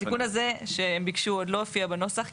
התיקון הזה שהם ביקשו לא מופיע בנוסח,